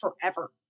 forever